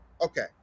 Okay